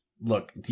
look